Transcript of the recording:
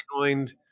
joined